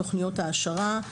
תוכניות העשרה,